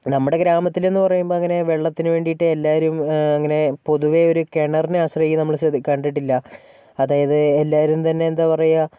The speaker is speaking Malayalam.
നമ്മുടെ ഗ്രാമത്തിലെന്ന് പറയുമ്പോൾ അങ്ങനെ വെള്ളത്തിന് വേണ്ടിയിട്ട് എല്ലാവരും അങ്ങനെ പൊതുവെ ഒരു കിണറിനെ ആശ്രയിക്കുന്നത് നമ്മള് കണ്ടിട്ടില്ല അതായത് എല്ലാവരും തന്നെ എന്താ പറയുക